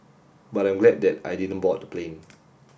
but I'm glad that I didn't board the plane